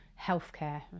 healthcare